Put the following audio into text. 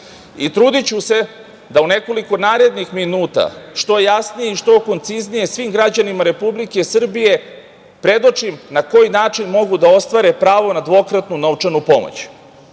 Srbije. Trudiću se da u nekoliko narednih minuta što jasnije i što konciznije svim građanima Republike Srbije predočim na koji način mogu da ostvare pravo na dvokratnu novčanu